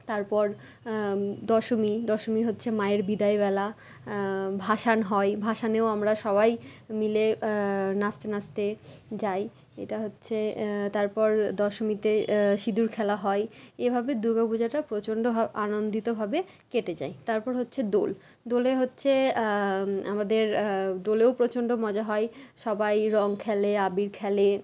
তারপর দশমী দশমী হচ্ছে মায়ের বিদায়বেলা ভাসান হয় ভাসানেও আমরা সবাই মিলে নাচতে নাচতে যাই এটা হচ্ছে তারপর দশমীতে সিঁদুর খেলা হয় এভাবে দুর্গা পূজাটা প্রচণ্ড আনন্দিতভাবে কেটে যায় তারপর হচ্ছে দোল দোলে হচ্ছে আমাদের দোলেও প্রচণ্ড মজা হয় সবাই রঙ খেলে আবির খেলে